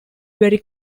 very